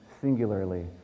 singularly